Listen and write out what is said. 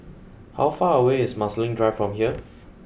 how far away is Marsiling Drive from here